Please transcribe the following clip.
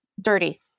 dirty